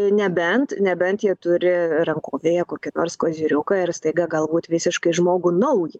nebent nebent jie turi rankovėje kokį nors koziriuką ir staiga galbūt visiškai žmogų naują